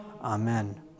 Amen